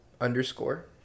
underscore